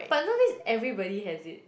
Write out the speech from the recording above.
but nowadays everybody has it